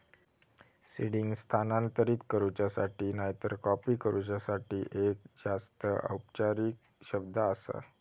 seeding स्थानांतरित करूच्यासाठी नायतर कॉपी करूच्यासाठी एक जास्त औपचारिक शब्द आसा